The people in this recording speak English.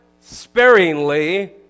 sparingly